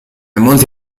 molti